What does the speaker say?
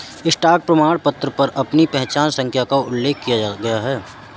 stock प्रमाणपत्र पर आपकी पहचान संख्या का उल्लेख किया गया है